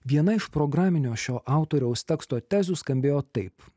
viena iš programinio šio autoriaus teksto tezių skambėjo taip